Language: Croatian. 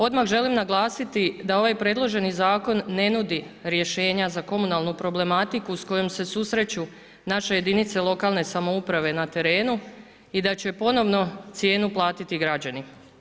Odmah želim naglasiti da ovaj predloženi zakon ne nudi rješenja za komunalnu problematiku s kojom se susreću naše jedinice lokalne samouprave na terenu i da će ponovno cijenu platiti građani.